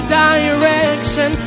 direction